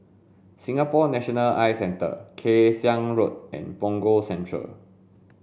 Singapore National Eye Centre Kay Siang Road and Punggol Central